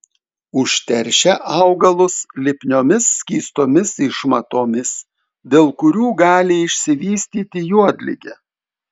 užteršia augalus lipniomis skystomis išmatomis dėl kurių gali išsivystyti juodligė